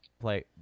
Play